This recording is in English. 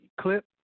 clip